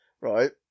right